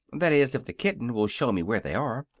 that is, if the kitten will show me where they are.